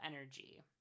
energy